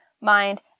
mind